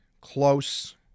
close